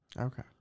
Okay